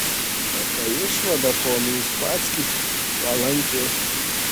bet ta išvada ponui uspaskich palanki